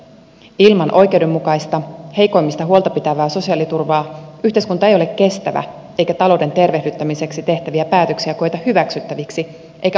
ilman oikeudenmukaista heikoimmista huolta pitävää sosiaaliturvaa yhteiskunta ei ole kestävä eikä talouden tervehdyttämiseksi tehtäviä päätöksiä koeta hyväksyttäviksi eikä oikeudenmukaisiksi